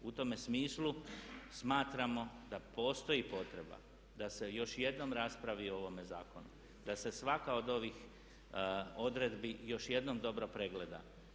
U tome smislu smatramo da postoji potreba da se još jednom raspravi o ovome zakonu, da se svaka od ovih odredbi još jednom dobro pregleda.